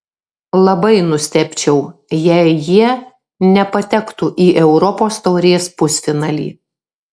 labai nustebčiau jei jie nepatektų į europos taurės pusfinalį